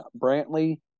Brantley